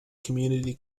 community